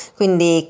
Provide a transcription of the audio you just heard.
quindi